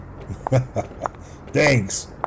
Thanks